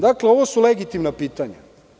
Dakle, ovo su legitimna pitanja.